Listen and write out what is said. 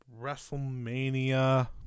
Wrestlemania